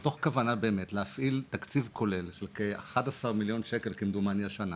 מתוך כוונה להפעיל תקציב כולל של כמדומני 11 מיליון שקל השנה,